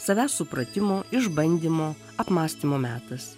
savęs supratimo išbandymo apmąstymo metas